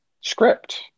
script